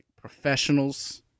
professionals